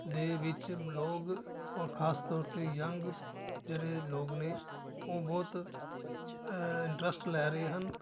ਦੇ ਵਿੱਚ ਲੋਕ ਔਰ ਖਾਸ ਤੌਰ 'ਤੇ ਯੰਗ ਜਿਹੜੇ ਲੋਕ ਨੇ ਉਹ ਬਹੁਤ ਇੰਟਰਸਟ ਲੈ ਰਹੇ ਹਨ